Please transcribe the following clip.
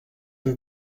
and